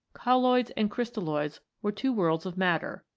colloids and crystalloids were two worlds of matter,